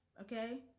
Okay